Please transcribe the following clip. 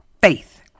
faith